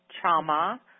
trauma